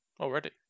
already